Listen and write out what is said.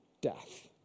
death